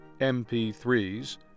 MP3s